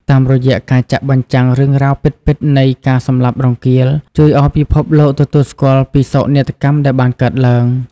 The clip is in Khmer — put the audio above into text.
តាមរយៈការចាក់បញ្ចាំងរឿងរ៉ាវពិតៗនៃការសម្លាប់រង្គាល ជួយឲ្យពិភពលោកទទួលស្គាល់ពីសោកនាដកម្មដែលបានកើតឡើង។